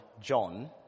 John